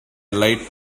light